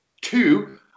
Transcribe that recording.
Two